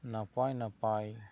ᱱᱟᱯᱟᱭ ᱱᱟᱯᱟᱭ